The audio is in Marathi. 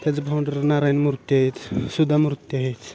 त्याच फावंड्र नारायणमूर्ती आहेत सुधा मूर्ती आहेत